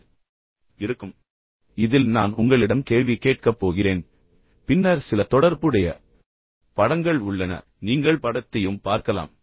இப்போது இதில் நான் உங்களிடம் கேள்வி கேட்கப் போகிறேன் பின்னர் சில தொடர்புடைய படங்கள் உள்ளன நீங்கள் படத்தையும் பார்க்கலாம்